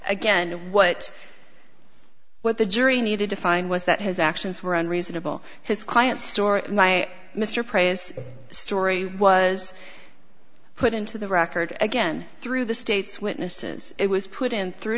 again what what the jury needed to find was that his actions were unreasonable his client's story my mr prey's story was put into the record again through the state's witnesses it was put in thr